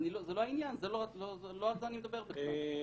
לא על זה אני מדבר בכלל,